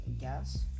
gas